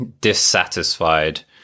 dissatisfied